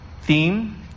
theme